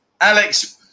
Alex